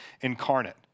Incarnate